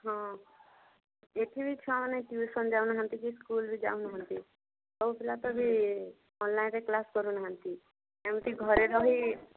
ହଁ ଏଠି ବି ଛୁଆମାନେ ଟିଉସନ୍ ଯାଉନାହାନ୍ତି କି ସ୍କୁଲ ବି ଯାଉନାହାନ୍ତି ସବୁ ପିଲା ତ ଏବେ ଅନଲାଇନରେ କ୍ଲାସ୍ କରୁନାହାନ୍ତି ଏମିତି ଘରେ ରହି